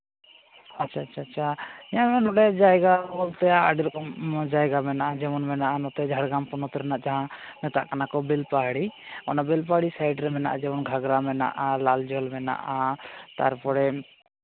ᱟᱪᱪᱷᱟ ᱟᱪᱪᱷᱟ ᱧᱮᱞ ᱡᱚᱝ ᱡᱟᱭᱜᱟ ᱵᱚᱞᱛᱮ ᱟᱹᱰᱤ ᱨᱚᱠᱚᱢ ᱡᱟᱭᱜᱟ ᱢᱮᱱᱟᱜᱼᱟ ᱡᱮᱢᱚᱱ ᱢᱮᱱᱟᱜᱼᱟ ᱱᱚᱛᱮ ᱢᱮᱱᱟᱜᱼᱟ ᱡᱷᱟᱲᱜᱨᱟᱢ ᱯᱚᱱᱚᱛ ᱨᱮᱱᱟᱜ ᱡᱟᱦᱟᱸ ᱢᱮᱛᱟᱜ ᱠᱟᱱᱟ ᱠᱚ ᱵᱮᱞᱯᱟᱦᱟᱲᱤ ᱚᱱᱟ ᱵᱮᱞᱯᱟᱦᱟᱲᱤ ᱥᱟᱭᱤᱰ ᱨᱮ ᱢᱮᱱᱟᱜᱼᱟ ᱜᱷᱟᱜᱽᱨᱟ ᱢᱮᱱᱟᱜᱼᱟ ᱞᱟᱞᱡᱚᱞ ᱢᱮᱱᱟᱜᱼᱟ ᱡᱮᱢᱚᱱ ᱛᱟᱨᱯᱚᱨᱮ